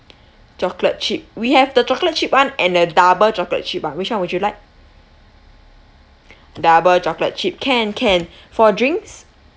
chocolate chip we have the chocolate chip [one] and the double chocolate chip ah which one would you like double chocolate chip can can for drinks